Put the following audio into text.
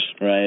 right